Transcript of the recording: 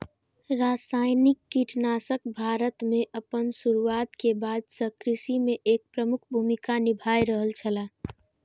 रासायनिक कीटनाशक भारत में आपन शुरुआत के बाद से कृषि में एक प्रमुख भूमिका निभाय रहल छला